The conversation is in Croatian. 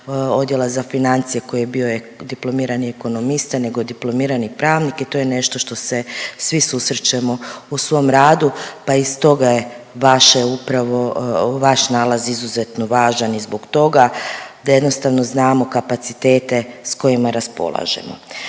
Odjela za financije koji je bio diplomirani ekonomista nego diplomirani pravnik i to je nešto što se svi susrećemo u svom radu pa i stoga je vaš nalaz izuzetno važan i zbog toga da jednostavno znamo kapacitete s kojima raspolažemo.